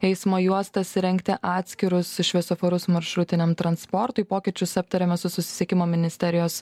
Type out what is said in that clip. eismo juostas įrengti atskirus šviesoforus maršrutiniam transportui pokyčius aptariame su susisiekimo ministerijos